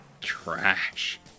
trash